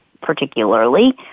particularly